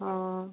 हँ